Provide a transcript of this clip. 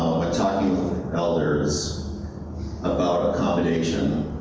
talking with elders about accommodation